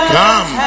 come